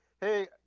Hey